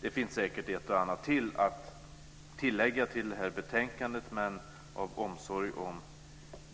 Det finns säkert ett och annat ytterligare att tillägga till det här betänkandet, men av omsorg om